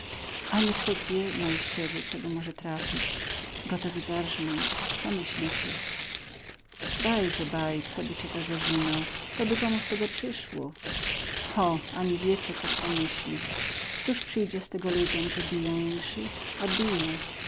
ani człek wie moiściewy co go może trafić gotowi zarżnąć co myślicie bajże baj ktoby cię ta zarzynał coby komu z tego przyszło ho ani wiecie co kto myśli cóż przyjdzie z tego ludziom że biją inszych a biją